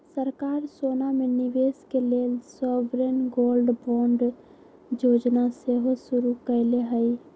सरकार सोना में निवेश के लेल सॉवरेन गोल्ड बांड जोजना सेहो शुरु कयले हइ